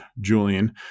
Julian